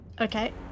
Okay